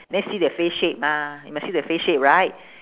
then see their face shape mah you must see the face shape right